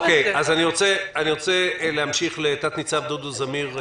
רוצה להמשיך לתת-ניצב דודו זמיר,